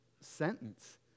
sentence